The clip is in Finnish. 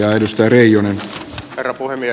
älymystö leijunut reformia